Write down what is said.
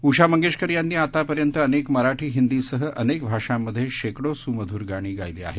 उषा मंगेशकर यांनी आतापर्यंत अनेक मराठी हिंदीसह अनेक भाषांमध्ये शेकडो सुमधुर गाणी गायली आहेत